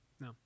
No